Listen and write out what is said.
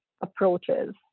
approaches